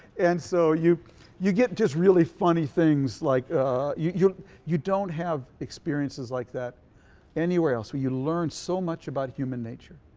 and so you you get just really funny things like ah you you don't have experiences like that anywhere else where you learn so much about human nature.